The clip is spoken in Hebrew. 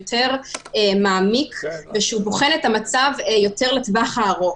יותר מעמיק ושבוחן את המצב לטווח הארוך.